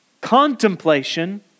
contemplation